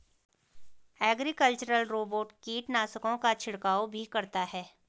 agricultural robot कीटनाशकों का छिड़काव भी करता है